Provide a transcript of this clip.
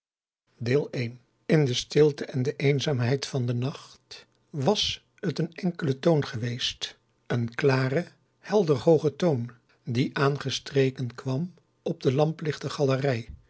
in de stilte en de eenzaamheid van den nacht was het een enkele toon geweest een klare helder hooge toon die aangestreken kwam op de lamplichte galerij